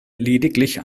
lediglich